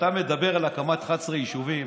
כשאתה מדבר על הקמת 11 יישובים,